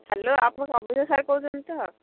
hello ଆପଣ ନବୀନ sir କହୁଛନ୍ତି ତ